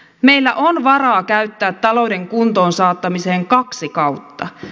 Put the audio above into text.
meillä on varaa käyttää talouden kuntoon saattamiseen kaksi kautta